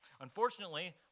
Unfortunately